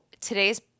today's